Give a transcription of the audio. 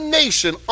nation